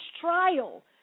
trial